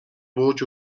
бууж